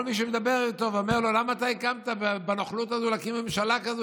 כל מי שמדבר איתו ואומר לו: למה הקמת בנוכלות הזאת ממשלה כזאת,